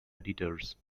editors